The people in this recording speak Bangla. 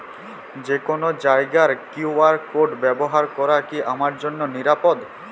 যে কোনো জায়গার কিউ.আর কোড ব্যবহার করা কি আমার জন্য নিরাপদ?